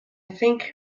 think